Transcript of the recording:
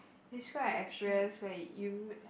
describe an experience where you ma~